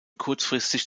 kurzfristig